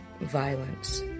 violence